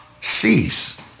cease